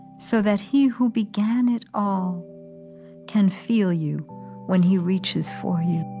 so that he who began it all can feel you when he reaches for you.